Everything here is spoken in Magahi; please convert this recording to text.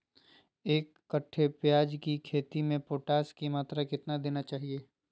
एक कट्टे प्याज की खेती में पोटास की मात्रा कितना देना चाहिए?